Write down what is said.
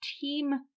team